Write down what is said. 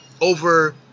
over